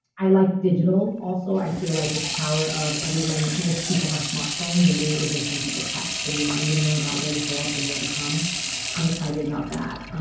i like digital also i feel like this power of everyone most people have smartphones and being able to send people text and reminding them about where to show up and where to come i'm excited about that